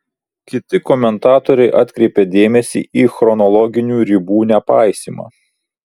kiti komentatoriai atkreipė dėmesį į chronologinių ribų nepaisymą